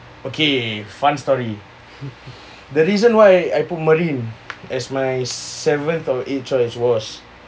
okay fun story the reason why I put marine as my seventh or eighth choice was